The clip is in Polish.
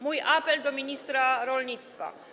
Mój apel do ministra rolnictwa.